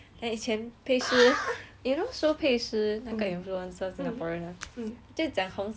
you know pei shi 那个 influencer singaporean 就将红色会弄你很显白